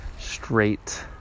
Straight